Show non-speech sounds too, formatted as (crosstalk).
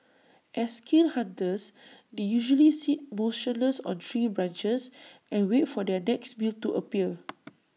as skilled hunters they usually sit motionless on tree branches and wait for their next meal to appear (noise)